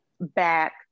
back